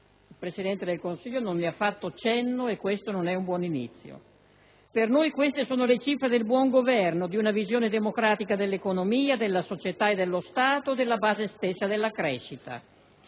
Il Presidente del Consiglio non ne ha fatto cenno e questo non è un buon inizio. Per noi queste sono le cifre del buongoverno, di una visione democratica dell'economia, della società e dello Stato e alla base stessa della crescita.